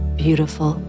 beautiful